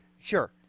Sure